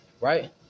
Right